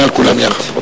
תענה לכולם ביחד.